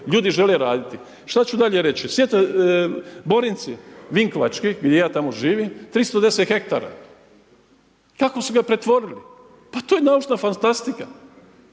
Ljudi žele raditi. Šta ću dalje reći, Borinci, Vinkovački gdje ja tamo živim 310 hektara. Kako su ga pretvorili? Pa to je naučna fantastika,